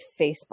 Facebook